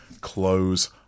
close